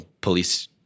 police